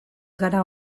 gara